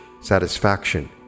satisfaction